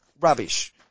rubbish